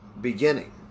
beginning